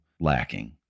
lacking